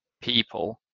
people